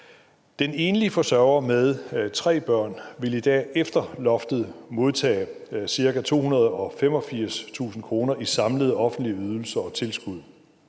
Den enlige forsørger med tre børn vil i dag efter loftets indførelse modtage ca. 285.000 kr. i samlede offentlige ydelser og tilskud